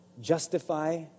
justify